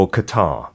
Qatar